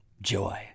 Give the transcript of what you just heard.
joy